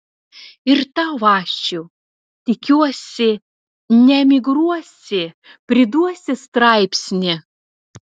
ir tau ačiū tikiuosi neemigruosi priduosi straipsnį